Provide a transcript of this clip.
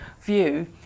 view